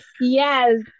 yes